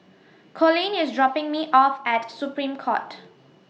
Colin IS dropping Me off At Supreme Court